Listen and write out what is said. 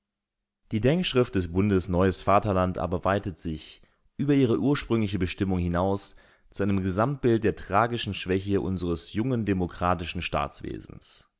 die denkschrift des bundes neues vaterland aber weitet sich über ihre ursprüngliche bestimmung hinaus zu einem gesamtbild der tragischen schwäche unseres jungen demokratischen staatswesens